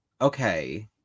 okay